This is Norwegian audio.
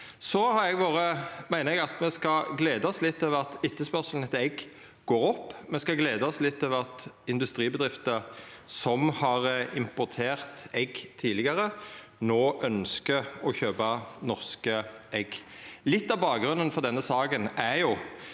Eg meiner at me skal gleda oss litt over at etterspørselen etter egg går opp. Me skal gleda oss litt over at industribedrifter som har importert egg tidlegare, no ønskjer å kjøpa norske egg. Litt av bakgrunnen for denne saka er